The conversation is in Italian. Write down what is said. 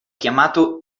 chiamato